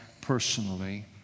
personally